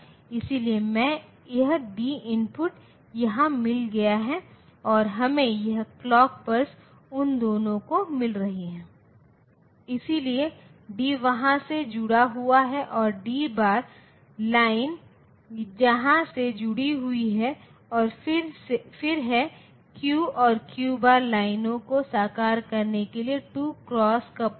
इसलिए हम बहुत विस्तार में नहीं जाएंगे लेकिन इस माइक्रोप्रोसेसर पाठ्यक्रम पर हमारी चर्चा करते समय हमें जिन भागों की आवश्यकता हो सकती है मैं सिर्फ उन अवधारणाओं को छूने की कोशिश करूंगा